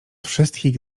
wszystkich